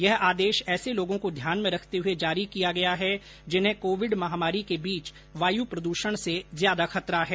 यह आदेश ऐसे लोगों को ध्यान में रखते हुए जारी किया गया है जिन्हें कोविड महामारी के बीच वायु प्रदूषण से ज्यादा खतरा है